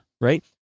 right